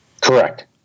Correct